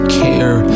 care